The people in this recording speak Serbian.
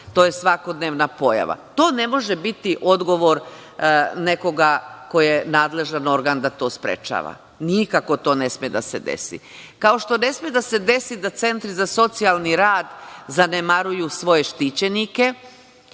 to je svakodnevna pojava. To ne može biti odgovor nekoga ko je nadležan organ da to sprečava. Nikako to ne sme da se desi, kao što ne sme da se desi da centri za socijalni rad zanemaruju svoje štićenike.